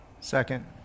Second